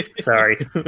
Sorry